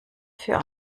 für